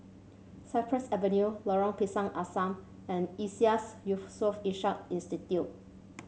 Cypress Avenue Lorong Pisang Asam and Iseas Yusof Ishak Institute